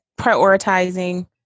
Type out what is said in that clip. prioritizing